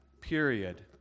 period